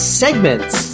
segments